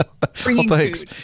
Thanks